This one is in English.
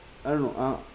I don't know uh